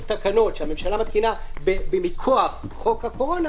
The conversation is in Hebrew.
תקנות שהממשלה מתקינה מכוח חוק הקורונה,